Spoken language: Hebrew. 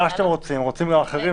-- רוצים לאחרים?